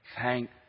thank